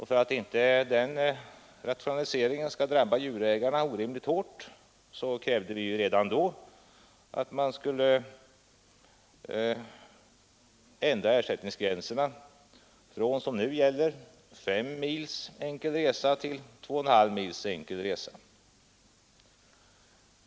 För att rationaliseringen i detta avseende inte skulle drabba djurägarna orimligt hårt krävde vi redan förra året att man skulle ändra ersättningsgränserna från nu gällande 5 mils enkel resa till 2,5 mils enkel resa. Detta krav framför vi även nu.